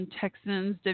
Texans